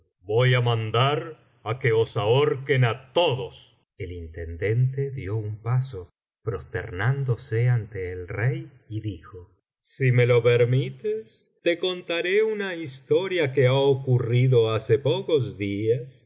voy á mandar que os ahorquen á todos el intendente dio un paso prosternándose ante el rey y dijo si me lo permites te contaré una historia que ha ocurrido hace pocos días